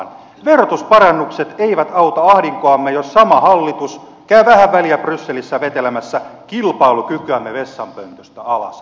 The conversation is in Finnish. etteivät verotusparannukset auta ahdinkoamme jos sama hallitus käy vähän väliä brysselissä vetelemässä kilpailukykyämme vessanpöntöstä alas